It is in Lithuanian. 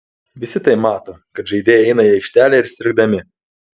visi tai mato kad žaidėjai eina į aikštelę ir sirgdami